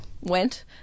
went